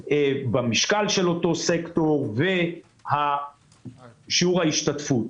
הכפלנו במשקל של אותו סקטור ובשיעור ההשתתפות.